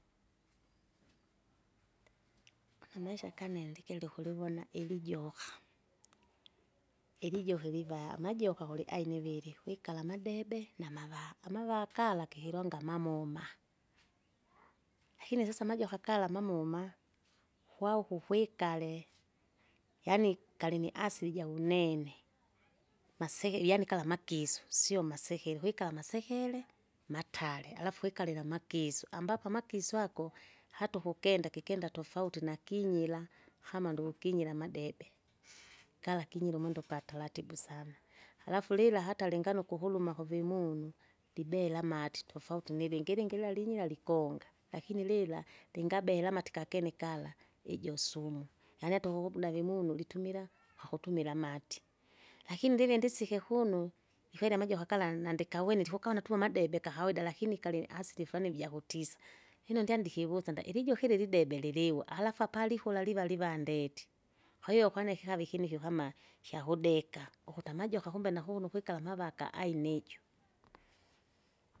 Une amaisha kaniandikile ukulivona ilijoka, ilijoka iviva amajoka kuli aina iviri, kwikara amadebe namavanga, amavakala kihilonga amamoma, lakini sasa amajoka kala mamoma! kwauko ukwikale, yaani kalini asili jaunene, masiki yaani kala amkisu, sio masekele, kwikala masekele, matale alafu kwikalile amakisu, ambapo amakisu ako, hata ukukenda kikenda tofuti nakinyira, kama ndoukinyira amadebe. Kala kinyira umwendo gwa taratibu sana. Halafu lila hata lingano ukuhuruma kuvimunu libela amati tofauti nilingi, ilingi lila linyira likonga, lakini lila, lingabela amatikakene kala, ijo sumu, yaani hata ukugumda vimunu litumila? kwakutumila amati, lakini lilindisike kuno, jikwele amajoka kala nandikawene likuwona tuwe madebe kahaida lakini kali asili furani ivi jakutisa. Lino ndyandi kiwusa nda ilijoka ili lidebebe liliwa halafu apalikula liva livandeti, kwahiyo ukwane kikave ikini ukama, kwakudeka ukuta amajoka kumbe nakuuno kwikala amavaka ainiju.